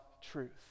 truth